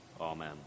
Amen